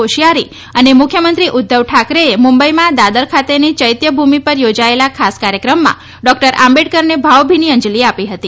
કોશિયારી અને મુખ્યમંત્રી ઉદ્વવ ઠાકરેએ મુંબઈમાં દાદર ખાતેની ચૈત્યભૂમિ પર યોજાયેલા ખાસ કાર્યક્રમમાં ડોક્ટર આંબેડકરને ભાવભીની અંજલી આપી હતી